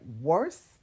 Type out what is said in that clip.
worse